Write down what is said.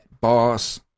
Boss